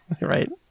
right